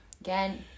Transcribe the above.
Again